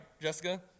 Jessica